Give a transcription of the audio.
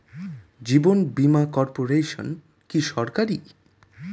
জীবন বীমা কর্পোরেশন কি সরকারি?